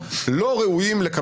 תודה,